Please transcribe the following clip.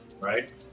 right